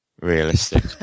realistic